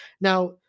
Now